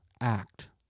act